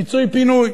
פיצוי-פינוי.